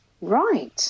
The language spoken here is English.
right